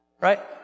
Right